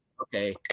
okay